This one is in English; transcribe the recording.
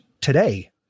Today